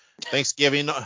Thanksgiving